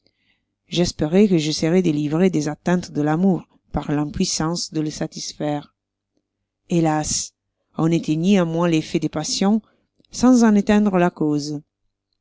j'espérois que je serois délivré des atteintes de l'amour par l'impuissance de le satisfaire hélas on éteignit en moi l'effet des passions sans en éteindre la cause